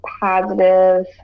positive